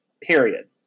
period